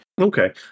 okay